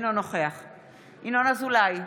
ינון אזולאי,